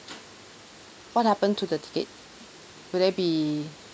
what happen to the ticket will there be